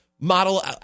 model